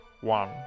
One